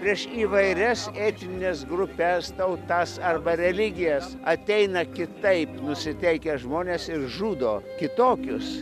prieš įvairias etnines grupes tautas arba religijas ateina kitaip nusiteikę žmonės ir žudo kitokius